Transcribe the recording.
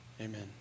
Amen